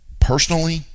personally